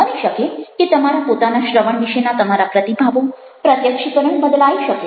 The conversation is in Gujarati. બની શકે કે તમારા પોતાના શ્રવણ વિશેના તમારા પ્રતિભાવો પ્રત્યક્ષીકરણ બદલાઈ શકે